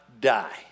die